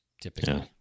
typically